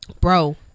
bro